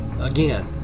Again